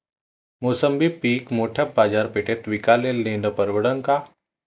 मोसंबी पीक मोठ्या बाजारपेठेत विकाले नेनं परवडन का?